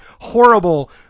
horrible